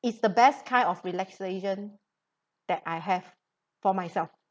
it's the best kind of relaxation that I have for myself